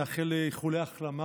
נאחל איחולי החלמה